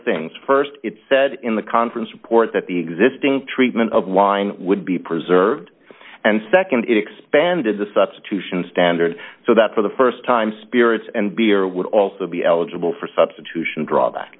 things st it said in the conference report that the existing treatment of wine would be preserved and nd it expanded the subs to standard so that for the st time spirits and beer would also be eligible for substitution drawback